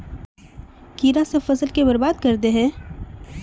कीड़ा सब फ़सल के बर्बाद कर दे है?